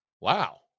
Wow